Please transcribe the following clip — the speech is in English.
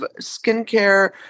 skincare